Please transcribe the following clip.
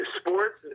Sports